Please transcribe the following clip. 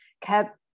kept